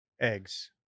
eggs